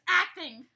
acting